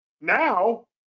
now